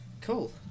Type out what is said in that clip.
Cool